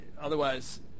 Otherwise